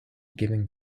given